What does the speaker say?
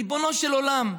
ריבונו של עולם,